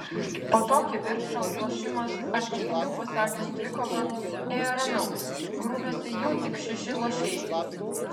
po to kivirčo lošimas ar teisingiau pasakius dvikova ėjo ramiau grūmėsi jau tik šeši lošėjai